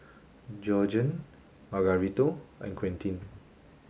Georgiann Margarito and Quentin